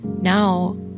now